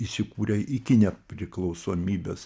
įsikūrė iki nepriklausomybės